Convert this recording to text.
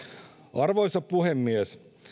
arvoisa puhemies